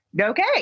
Okay